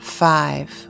five